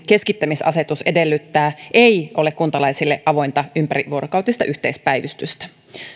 keskittämisasetus edellyttää ei ole kuntalaisille avointa ympärivuorokautista yhteispäivystystä